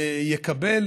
יקבל